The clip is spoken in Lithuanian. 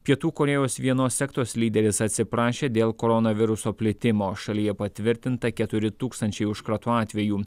pietų korėjos vienos sektos lyderis atsiprašė dėl koronaviruso plitimo šalyje patvirtinta keturi tūkstančiai užkrato atvejų